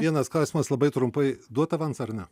vienas klausimas labai trumpai duot avansą ar ne